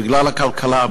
ובגלל הכלכלה,